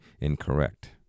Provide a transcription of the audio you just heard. incorrect